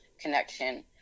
connection